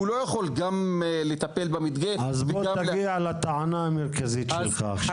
הוא לא יכול גם לטפל במדגה וגם --- בוא תגיע לטענה המרכזית שלך.